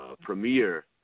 premier